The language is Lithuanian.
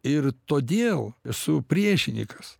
ir todėl esu priešininkas